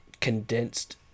condensed